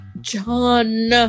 John